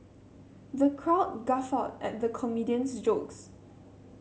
the crowd guffawed at the comedian's jokes